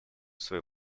свои